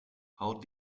how